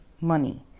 money